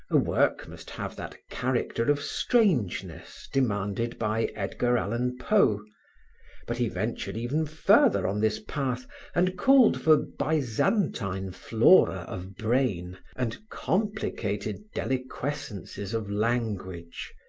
a work must have that character of strangeness demanded by edgar allen poe but he ventured even further on this path and called for byzantine flora of brain and complicated deliquescences of language.